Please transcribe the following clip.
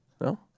No